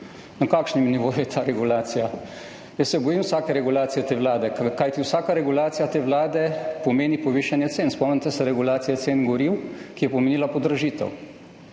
Na kakšnem nivoju je ta regulacija? Jaz se bojim vsake regulacije te vlade, kajti vsaka regulacija te vlade pomeni povišanje cen. Spomnite se regulacije cen goriv, ki je pomenila podražitev.